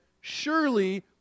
surely